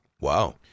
Wow